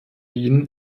ihnen